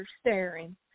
staring